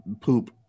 poop